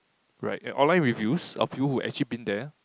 right online reviews a few who've you've been there